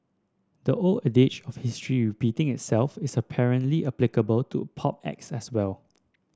the old adage of history repeating itself is apparently applicable to pop acts as well